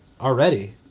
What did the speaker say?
already